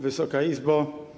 Wysoka Izbo!